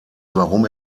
warum